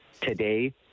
today